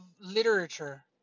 literature